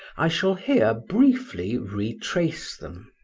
i shall here briefly retrace them.